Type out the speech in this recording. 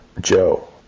Joe